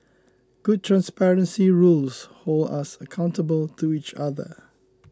good transparency rules hold us accountable to each other